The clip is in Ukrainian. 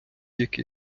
який